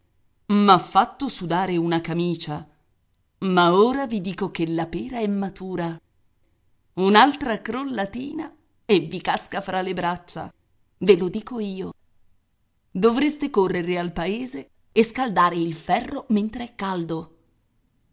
poi m'ha fatto sudare una camicia ma ora vi dico che la pera è matura un'altra crollatina e vi casca fra le braccia ve lo dico io dovreste correre al paese e scaldare il ferro mentre è caldo